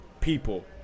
people